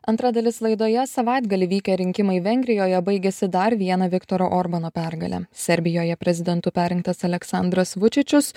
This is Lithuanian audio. antra dalis laidoje savaitgalį vykę rinkimai vengrijoje baigėsi dar viena viktoro orbano pergale serbijoje prezidentu perrinktas aleksandras vučičius